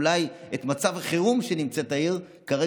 אולי אפשר לנצל כרגע את מצב החירום שנמצאת בו העיר לוד,